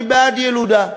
אני בעד ילודה,